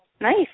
nice